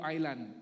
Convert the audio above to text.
Island